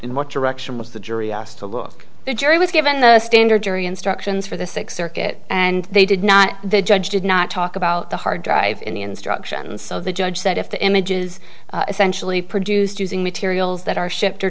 in what direction was the jury asked to look the jury was given the standard jury instructions for the sixth circuit and they did not the judge did not talk about the hard drive in the instructions so the judge said if the images essentially produced using materials that are shipped or